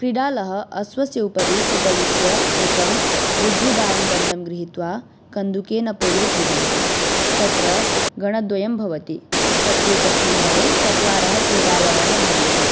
क्रीडालुः अश्वस्योपरि उपविश्य एकम् ऋजुदारुदण्डं गृहीत्वा कन्दुकेन पोलो क्रीडन्ति तत्र गणद्वयं भवति प्रत्येकस्मिन् गणे चत्वारः क्रीडालवः भवन्ति